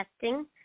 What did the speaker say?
testing